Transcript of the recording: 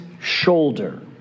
shoulder